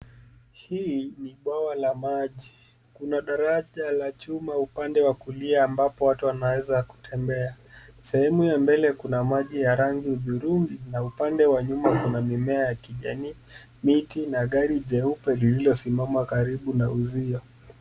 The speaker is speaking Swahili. Hii ni bwawa la maji. Kuna daraja la chuma upande wa kulia ambapo watu wanaeza kutembea. Sehemu ya mbele kuna maji ya rangi hudhurungi na upande wa nyuma kuna mimea ya kijani, miti na gari jeupe lililosimama karibu na uzio.